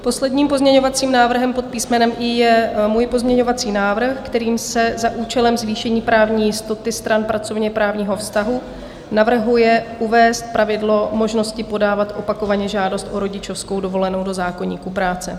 Posledním pozměňovacím návrhem pod písmenem I je můj pozměňovací návrh, kterým se za účelem zvýšení právní jistoty stran pracovněprávního vztahu navrhuje uvést pravidlo možnosti podávat opakovaně žádost o rodičovskou dovolenou do zákoníku práce.